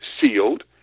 sealed